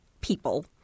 people